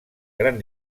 gran